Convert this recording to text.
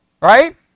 Right